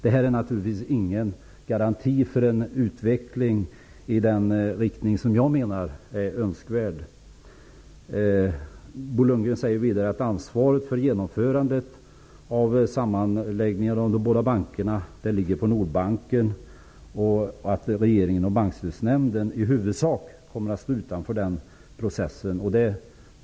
Detta är naturligtvis ingen garanti för en utveckling i den riktning som jag menar är önskvärd. Bo Lundgren säger vidare att ansvaret för genomförandet av sammanläggningen av de båda bankerna ligger på Nordbanken och att regeringen och Bankstödsnämnden i huvudsak kommer att stå utanför processen.